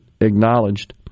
acknowledged